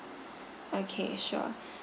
okay sure